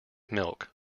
milk